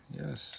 yes